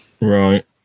Right